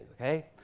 okay